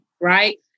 right